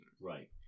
Right